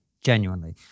genuinely